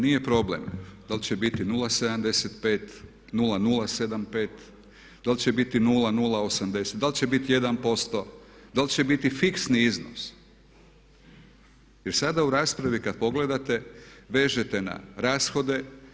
Nije problem da li će biti 0,75, 0,075, da li će biti 0,080, da li će biti 1%, da li će biti fiksni iznos jer sada u raspravi kad pogledate vežete na rashode.